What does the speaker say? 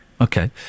Okay